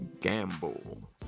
gamble